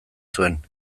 zuen